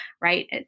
right